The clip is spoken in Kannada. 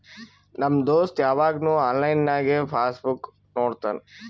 ನಮ್ ದೋಸ್ತ ಯವಾಗ್ನು ಆನ್ಲೈನ್ನಾಗೆ ಪಾಸ್ ಬುಕ್ ನೋಡ್ತಾನ